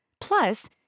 Plus